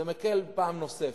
זה מקל פעם נוספת.